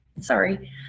Sorry